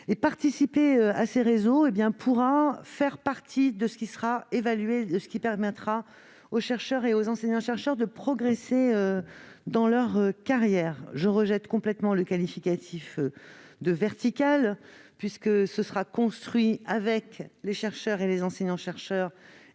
Participer à ces réseaux pourra faire partie de ce qui permettra aux chercheurs et aux enseignants-chercheurs de progresser dans leur carrière. Je rejette complètement le qualificatif de « vertical », puisque cela sera construit avec les chercheurs et les enseignants-chercheurs